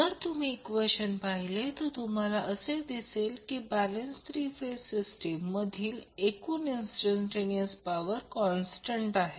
जर तुम्ही इक्वेशन पाहिले तर तुम्हाला असे दिसेल की बॅलेन्स थ्री फेज सिस्टीम मधील एकूण इंस्टंटटेनियर्स पॉवर कॉन्स्टंट आहे